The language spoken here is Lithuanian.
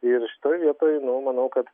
ir šitoj vietoj nu numanau kad